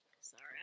Sorry